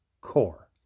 core